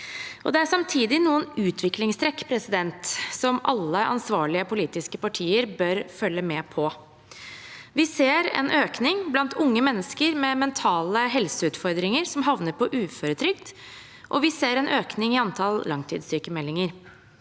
Det er samtidig noen utviklingstrekk som alle ansvarlige politiske partier bør følge med på. Vi ser en økning av unge mennesker med mentale helseutfordringer som havner på uføretrygd, og vi ser en økning i antall langtidssykemeldinger.